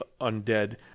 Undead